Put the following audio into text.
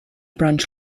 branch